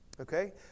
okay